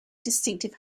distinctive